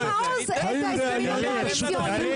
ראוי --- אם אתה נותן לה לדבר, אתה נותן גם לי.